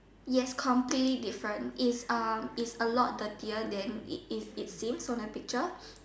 yes completely different is is a lot dirtier than it seems from the picture